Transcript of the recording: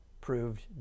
proved